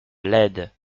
laides